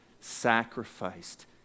sacrificed